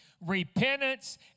repentance